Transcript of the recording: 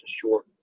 short